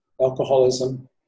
alcoholism